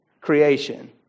creation